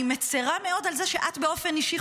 אני מצירה מאוד על זה שאת חווה את זה באופן אישי,